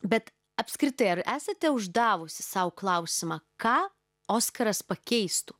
bet apskritai ar esate uždavusi sau klausimą ką oskaras pakeistų